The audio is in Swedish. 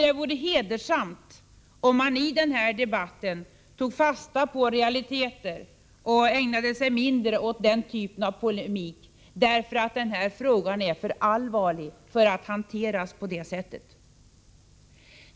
Det vore hedersamt om man i denna debatt tog fasta på realiteterna och ägnade sig mindre åt denna typ av polemik. Denna fråga är för allvarlig för att hanteras på det sättet.